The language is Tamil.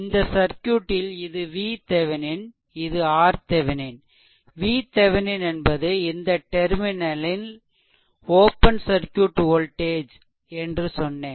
இந்த சர்க்யூட்டில் இது VThevenin இது RThevenin VThevenin என்பது இந்த டெர்மினலில் ஓப்பன் சர்க்யூட் வோல்டேஜ் என்று சொன்னேன்